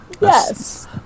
Yes